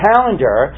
calendar